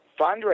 fundraising